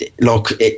look